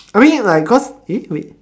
I mean like cause eh wait